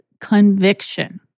conviction